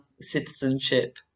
citizenship